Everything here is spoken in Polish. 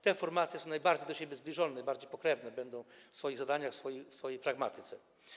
Te formacje są najbardziej do siebie zbliżone, najbardziej pokrewne będą w swoich zadaniach, w swojej pragmatyce.